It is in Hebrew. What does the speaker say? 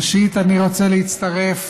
ראשית אני רוצה להצטרף